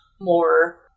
more